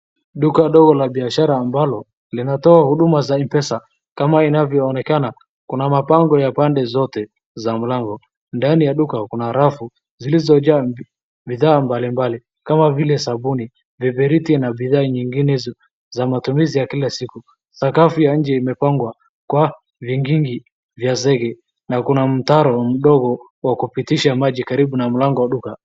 Duka dogo la biashara ambalo linatoa huduma za M-Pesa kama inavyoonekana, kuna kuna mabango ya pande zote za mlango. Ndani ya duka kuna rafu zilizojaa bidhaa mbali mbali kama vile sabuni, viberiti na bidhaa nyingine za matumizi za kila siku. Sakafu ya nje imepangwa kwa vingingi vya zege na kuna mtaro mdogo wa kupitisha maji akribu na mlango wa duka.